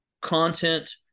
content